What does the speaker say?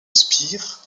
spire